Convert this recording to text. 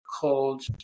called